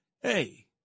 Hey